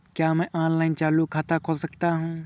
क्या मैं ऑनलाइन चालू खाता खोल सकता हूँ?